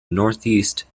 northeast